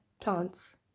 plants